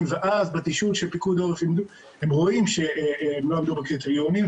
ואז בתשאול של פיקוד העורף הם רואים שהם לא עמדו בקריטריונים,